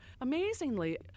amazingly